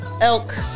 elk